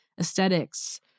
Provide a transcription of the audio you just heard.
aesthetics